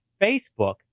Facebook